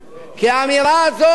כי האמירה הזאת,